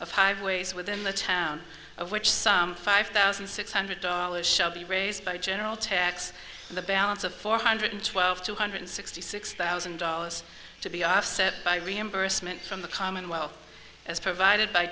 of highways within the town of which some five thousand six hundred dollars shall be raised by general tax the balance of four hundred twelve two hundred sixty six thousand dollars to be offset by reimbursement from the commonwealth as provided by